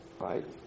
Right